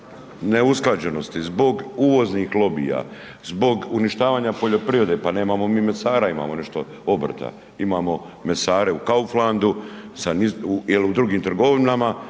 zbog neusklađenosti, zbog uvoznih lobija, zbog uništavanja poljoprivrede pa nemamo mi mesara, imamo nešto obrta, imamo mesare u Kauflandu il u drugim trgovinama